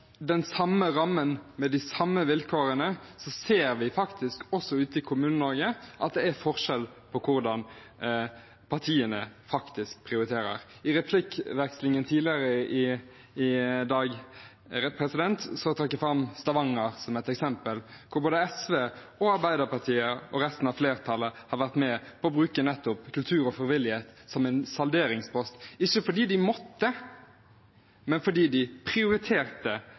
den samme rammen og med de samme vilkårene ser vi faktisk også ute i Kommune-Norge at det er forskjell på hvordan partiene prioriterer. I replikkvekslingen tidligere i dag trakk jeg fram Stavanger som et eksempel der både SV, Arbeiderpartiet og resten av flertallet har vært med på å bruke nettopp kultur og frivillighet som en salderingspost, ikke fordi de måtte, men fordi de prioriterte